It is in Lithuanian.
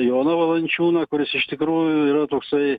joną valančiūną kuris iš tikrųjų yra toksai